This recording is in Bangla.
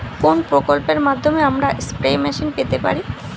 কোন প্রকল্পের মাধ্যমে আমরা স্প্রে মেশিন পেতে পারি?